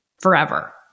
forever